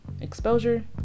exposure